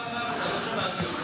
לא סתם אתה רב.